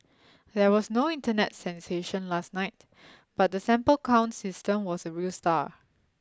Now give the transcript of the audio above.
there was no Internet sensation last night but the sample count system was a real star